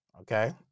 okay